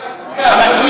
חבר הכנסת דב חנין